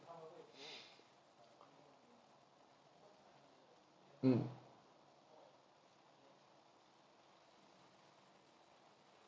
mm